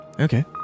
Okay